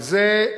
את זה,